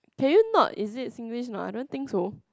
can you not is it Singlish not I don't think so